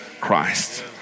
Christ